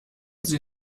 sie